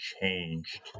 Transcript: changed